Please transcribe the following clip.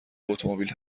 اتومبیل